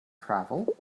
travel